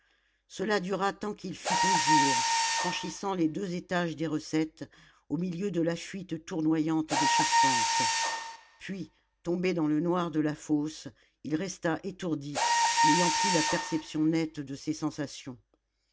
cela dura tant qu'il fut au jour franchissant les deux étages des recettes au milieu de la fuite tournoyante des charpentes puis tombé dans le noir de la fosse il resta étourdi n'ayant plus la perception nette de ses sensations